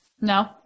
No